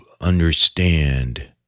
understand